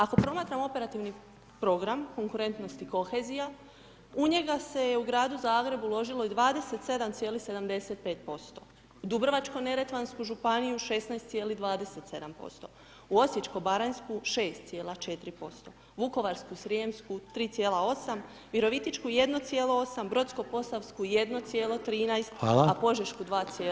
Ako promatramo Operativni program konkurentnost i kohezija u njega se je u Gradu Zagrebu uložilo 27,75%, u Dubrovačko-neretvansku županiju 16,27%, u Osječko-baranjsku 6,4%, Vukovarsko-srijemsku 3,8% Virovitičku 1,8, Brodsko-posavsku 1,13 [[Upadica: Hvala]] , a Požešku 2,51.